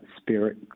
spirit